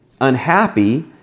Unhappy